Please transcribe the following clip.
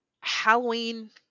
Halloween